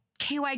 KY